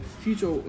future